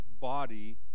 body